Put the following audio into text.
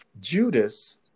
Judas